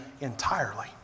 entirely